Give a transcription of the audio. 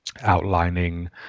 outlining